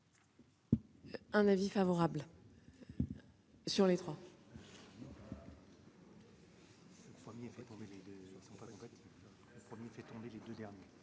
un avis défavorable sur ces trois